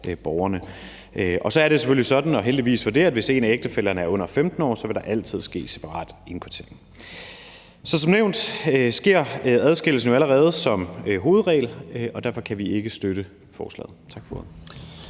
borgerne. Og så er det jo selvfølgelig sådan – og heldigvis for det – at hvis en af ægtefællerne er under 15 år, vil der altid ske separat indkvartering. Som nævnt sker adskillelsen allerede som hovedregel, og derfor kan vi ikke støtte forslaget. Tak for ordet.